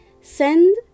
Send